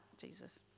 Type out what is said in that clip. Jesus